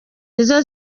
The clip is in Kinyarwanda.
nizo